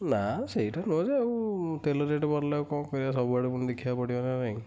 ନା ସେଇଟା ନୁହେଁ ଯେ ଆଉ ତେଲ ରେଟ୍ ବଢ଼ିଲା ଆଉ କ'ଣ କରିବା ସବୁଆଡ଼େ ପୁଣି ଦେଖିବାକୁ ପଡ଼ିବ ନା ନାହିଁ